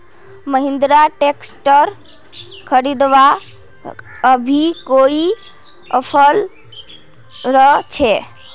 Mahindra tractor खरीदवार अभी कोई ऑफर छे?